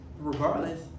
Regardless